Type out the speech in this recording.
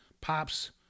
pops